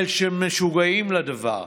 ושל משוגעים לדבר.